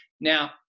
Now